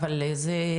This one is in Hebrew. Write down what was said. אבל זה,